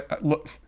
look